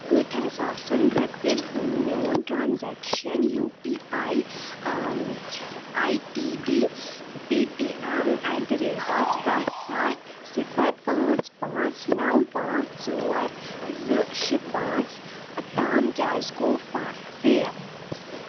ٲٹھن ساسَن رۄپین ہُنٛد میون transaction U P I I D D Paytm at the rate of سَتھ سَتھ صِفر پانٛژھ پانٛژھ نو پانٛژھ ژور زٕ شیٚے پانٛژھ تام کیٛازِ گوٚو فیل ؟